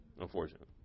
Unfortunately